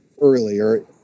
earlier